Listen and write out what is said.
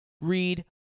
read